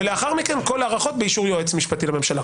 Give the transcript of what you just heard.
ולאחר מכן כל ההארכות באישור היועץ המשפטי לממשלה.